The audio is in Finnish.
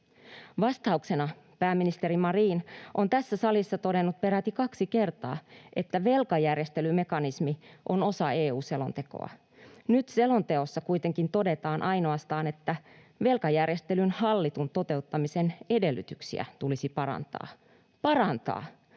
Vastauksena pääministeri Marin on tässä salissa todennut peräti kaksi kertaa, että velkajärjestelymekanismi on osa EU-selontekoa. Nyt selonteossa kuitenkin todetaan ainoastaan, että ”velkajärjestelyjen hallitun toteuttamisen edellytyksiä tulisi parantaa”. Parantaa